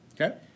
Okay